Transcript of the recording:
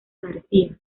garcía